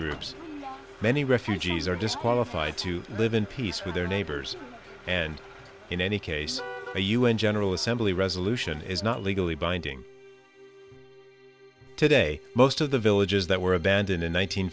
groups many refugees are disqualified to live in peace with their neighbors and in any case a un general assembly resolution is not legally binding today most of the villages that were abandoned in